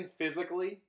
physically